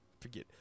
forget